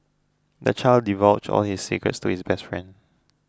the child divulged all his secrets to his best friend